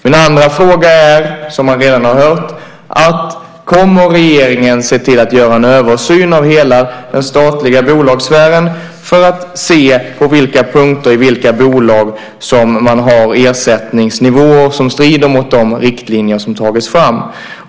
Min andra fråga gäller, som vi redan har hört, detta: Kommer regeringen att se till att göra en översyn av hela den statliga bolagssfären för att se på vilka punkter och i vilka bolag som man har ersättningsnivåer som strider mot de riktlinjer som tagits fram?